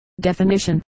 Definition